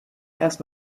erst